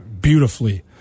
beautifully